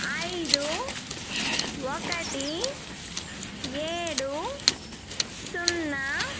ఐదు ఒకటి ఏడు సున్నా